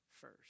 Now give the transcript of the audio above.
first